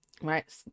right